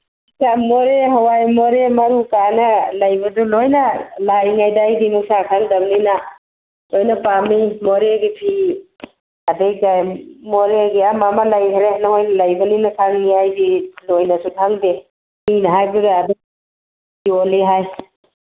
ꯃꯣꯔꯦ ꯍꯋꯥꯏ ꯃꯣꯔꯦ ꯃꯔꯨ ꯀꯥꯏꯅ ꯂꯩꯕꯗꯨ ꯂꯣꯏꯅ ꯂꯥꯛꯏꯉꯩꯗ ꯑꯩꯒꯤ ꯅꯨꯄꯥ ꯈꯪꯗꯝꯅꯤꯅ ꯂꯣꯏꯅ ꯄꯥꯝꯃꯤ ꯃꯣꯔꯦꯒꯤ ꯐꯤ ꯑꯗꯒꯤ ꯃꯣꯔꯦꯒꯤ ꯑꯃ ꯑꯃ ꯂꯩꯈ꯭ꯔꯦ ꯅꯣꯏ ꯂꯩꯕꯅꯤꯅ ꯈꯪꯅꯤ ꯑꯩꯗꯤ ꯊꯣꯏꯅꯁꯨ ꯈꯪꯗꯦ ꯃꯤꯅ ꯍꯥꯏꯗꯨꯗ ꯑꯗꯨꯝ ꯌꯣꯜꯂꯤ ꯍꯥꯏ